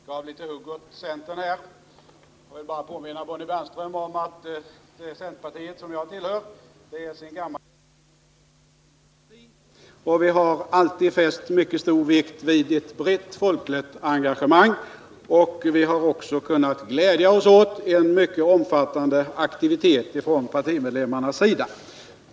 Herr talman! Bonnie Bernström gav lite hugg åt centern. Jag vill påminna Bonnie Bernström om att det centerparti som jag tillhör sedan gammalt är ett folkrörelseparti. Vi har alltid lagt mycket stor vikt vid ett brett folkligt engagemang. Vi har också kunnat glädja oss åt en mycket omfattande aktivitet från partimedlemmarnas sida.